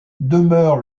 demeure